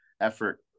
effort